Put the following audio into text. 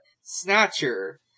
Snatcher